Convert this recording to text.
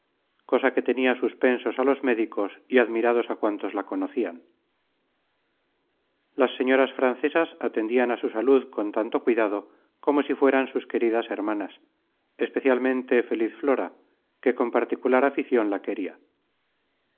cosa que tenia suspensos á los médicos y admirados á cuantos la conocian las señoras francesas atendian á su salud con tanto cuidado como si fueran sus queridas hermanas especialmente feliz flora que con particular aficion la queria